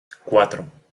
cuatro